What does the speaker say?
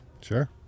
Sure